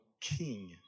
king